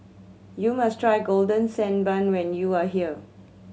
you must try Golden Sand Bun when you are here